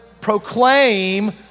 Proclaim